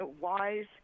wise